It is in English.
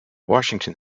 washington